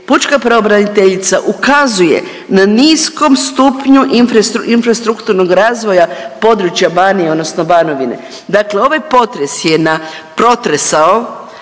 pučka pravobraniteljica ukazuje na niskom stupnju infrastrukturnog razvoja područja Banije odnosno Banovine dakle, ovaj potres je na protresao